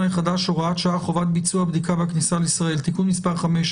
החדש (הוראת שעה) (חובת ביצוע בדיקה בכניסה לישראל) (תיקון מס' 5),